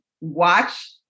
Watch